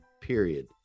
period